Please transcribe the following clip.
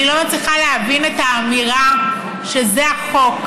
אני לא מצליחה להבין את האמירה שזה החוק.